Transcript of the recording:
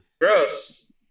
Gross